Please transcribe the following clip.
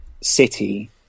City